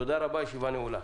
תודה רבה, הישיבה נעולה.